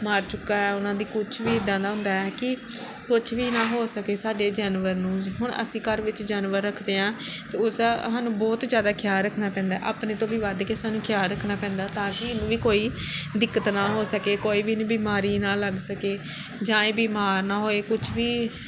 ਮਰ ਚੁੱਕਾ ਹੈ ਉਹਨਾਂ ਦੀ ਕੁਛ ਵੀ ਇੱਦਾਂ ਦਾ ਹੁੰਦਾ ਹੈ ਕਿ ਕੁਛ ਵੀ ਨਾ ਹੋ ਸਕੇ ਸਾਡੇ ਜਾਨਵਰ ਨੂੰ ਹੁਣ ਅਸੀਂ ਘਰ ਵਿੱਚ ਜਾਨਵਰ ਰੱਖਦੇ ਹਾਂ ਅਤੇ ਉਸਦਾ ਸਾਨੂੰ ਬਹੁਤ ਜ਼ਿਆਦਾ ਖਿਆਲ ਰੱਖਣਾ ਪੈਂਦਾ ਆਪਣੇ ਤੋਂ ਵੀ ਵੱਧ ਕੇ ਸਾਨੂੰ ਖਿਆਲ ਰੱਖਣਾ ਪੈਂਦਾ ਤਾਂ ਕਿ ਇਹਨੂੰ ਵੀ ਕੋਈ ਦਿੱਕਤ ਨਾ ਹੋ ਸਕੇ ਕੋਈ ਵੀ ਇਹਨੂੰ ਬਿਮਾਰੀ ਨਾ ਲੱਗ ਸਕੇ ਜਾਂ ਇਹ ਬਿਮਾਰ ਨਾ ਹੋਏ ਕੁਛ ਵੀ